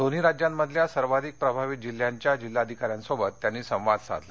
दोन्ही राज्यांमधल्या सर्वाधिक प्रभावित जिल्ह्यांच्या जिल्हाधिकाऱ्यांशी त्यांनी संवाद साधला